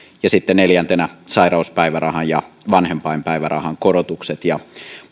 ja sitten neljäntenä sairauspäivärahan ja vanhempainpäivärahan korotukset ja